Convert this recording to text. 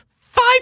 five